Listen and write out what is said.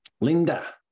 linda